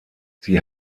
sie